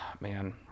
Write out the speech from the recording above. man